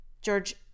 george